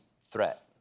threat